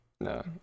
no